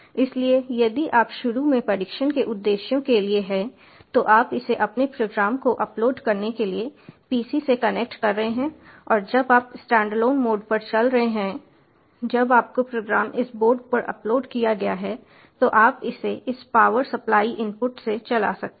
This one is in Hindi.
इसलिए यदि आप शुरू में परीक्षण के उद्देश्यों के लिए हैं तो आप इसे अपने प्रोग्राम को अपलोड करने के लिए PC से कनेक्ट कर रहे हैं और जब आप स्टैंडअलोन मोड पर चल रहे हैं जब आपका प्रोग्राम इस बोर्ड पर अपलोड किया गया है तो आप इसे इस पावर सप्लाई इनपुट से चला सकते हैं